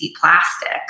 plastic